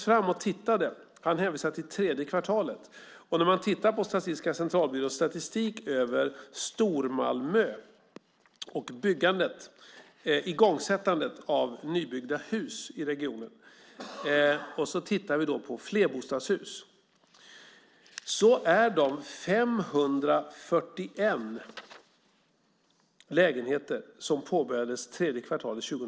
Han hänvisar nämligen till tredje kvartalet. Jag tog fram Statistiska centralbyråns statistik över Stormalmö och igångsättandet av nybyggda hus i regionen. Om vi tittar på flerbostadshus visar det sig att 541 lägenheter började byggas tredje kvartalet 2007.